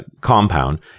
compound